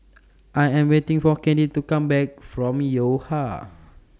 I Am waiting For Candy to Come Back from Yo Ha